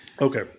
Okay